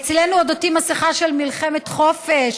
אצלנו עוד עוטים מסכה של מלחמת חופש